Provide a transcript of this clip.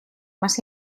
más